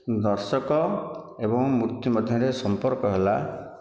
ଦର୍ଶକ ଏବଂ ମୃତ୍ତି ମଧ୍ୟରେ ସଂପର୍କ ହେଲା